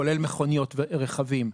כולל מכוניות ורכבים.